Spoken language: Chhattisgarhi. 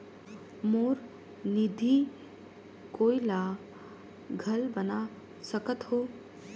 मोर निधि कोई ला घल बना सकत हो?